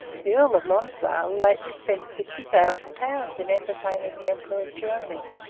the earl of lonsdale lately spent fifty thousand pounds in entertaining the emperor of germany,